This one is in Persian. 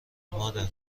مادر